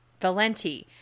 Valenti